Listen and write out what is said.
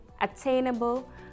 Attainable